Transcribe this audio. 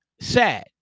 Sad